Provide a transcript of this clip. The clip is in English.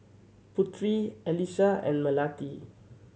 Putri Alyssa and Melati